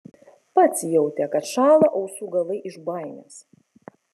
pats jautė kad šąla ausų galai iš baimės